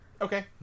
Okay